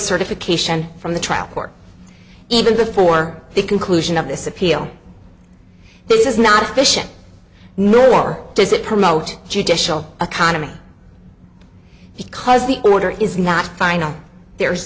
certification from the trial court even before the conclusion of this appeal this is not sufficient nor does it promote judicial a condiment because the order is not final there's